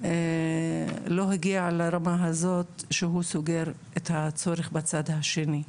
לא הגיע לרמה הזאת שהוא סוגר את הצורך בצד השני.